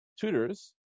tutors